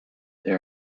there